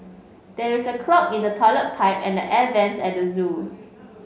there is a clog in the toilet pipe and the air vents at zoo